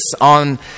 on